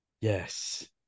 Yes